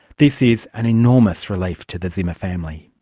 this is an enormous relief to the zimmer family.